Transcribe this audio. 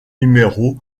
numéros